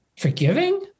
forgiving